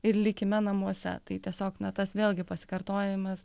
ir likime namuose tai tiesiog na tas vėlgi pasikartojimas